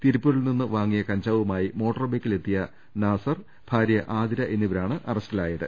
തിരുപ്പൂരിൽ നിന്ന് വാങ്ങിയ കഞ്ചാവുമായി മോട്ടോർബൈക്കിൽ എത്തിയ നാസർ ഭാര്യ ആതിര എന്നിവരാണ് അറസ്റ്റിലായത്